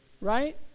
Right